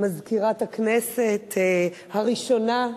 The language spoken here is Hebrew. מזכירת הכנסת הראשונה,